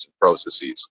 processes